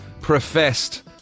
professed